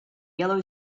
yellow